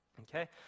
Okay